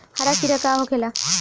हरा कीड़ा का होखे ला?